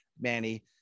manny